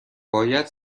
باید